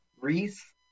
Reese